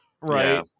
right